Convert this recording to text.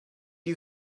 you